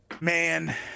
Man